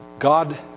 God